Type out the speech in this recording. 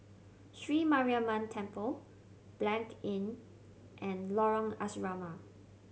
Sri Mariamman Temple Blanc Inn and Lorong Asrama